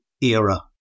era